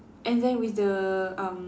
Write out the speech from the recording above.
and then with the um